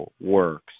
works